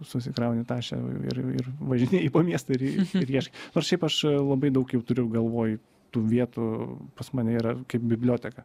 susikrauni tašę ir ir važinėji po miestą ir ir ieškai nors šiaip aš labai daug jau turiu galvoj tų vietų pas mane yra kaip biblioteka